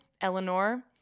Eleanor